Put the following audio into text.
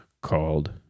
called